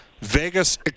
Vegas –